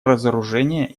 разоружение